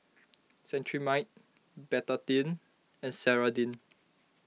Cetrimide Betadine and Ceradan